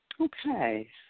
Okay